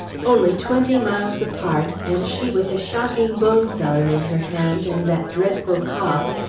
only twenty miles apart, and she with a shocking bone felon in her hand and that dreadful cough,